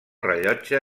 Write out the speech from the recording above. rellotge